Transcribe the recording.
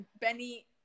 Benny